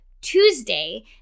Tuesday